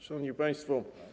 Szanowni Państwo!